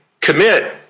commit